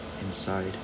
inside